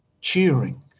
cheering